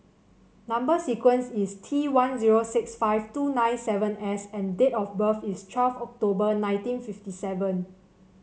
number sequence is T one zero six five two nine seven S and date of birth is twelve October nineteen fifty seven